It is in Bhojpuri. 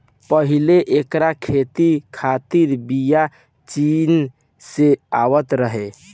पहिले एकर खेती खातिर बिया चीन से आवत रहे